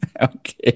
Okay